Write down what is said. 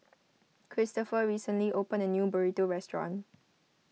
Kristopher recently opened a new Burrito restaurant